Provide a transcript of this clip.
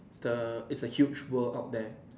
the it's a huge world out there